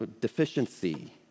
deficiency